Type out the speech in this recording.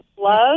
Love